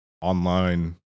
online